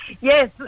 yes